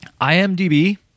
IMDb